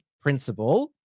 principle